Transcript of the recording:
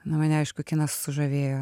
na mane aišku kinas sužavėjo